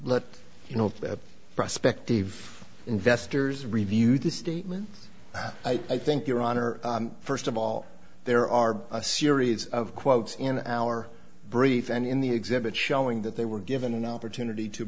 let you know that prospective investors reviewed the statement i think your honor first of all there are a series of quotes in our brief and in the exhibit showing that they were given an opportunity to